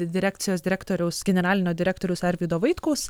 direkcijos direktoriaus generalinio direktoriaus arvydo vaitkaus